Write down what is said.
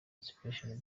inspiration